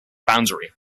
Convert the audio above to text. boundary